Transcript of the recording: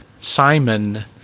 Simon